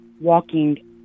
walking